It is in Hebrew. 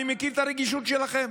אני מכיר את הרגישות שלכם.